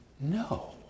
No